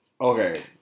okay